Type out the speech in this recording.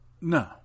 No